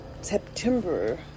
September